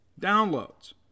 downloads